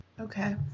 okay